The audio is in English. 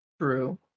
true